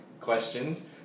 questions